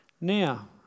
Now